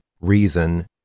reason